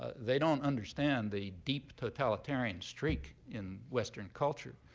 they don't understand the deep totalitarian streak in western culture,